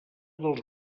dels